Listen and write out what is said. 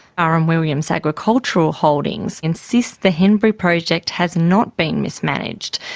r. m. williams agricultural holdings insists the henbury project has not been mismanaged.